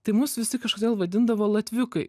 tai mus visi kažkodėl vadindavo latviukai